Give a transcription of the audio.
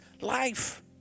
life